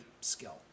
skill